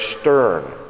stern